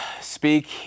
speak